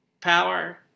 power